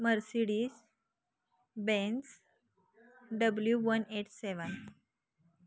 Mercedes Benz W one eight seven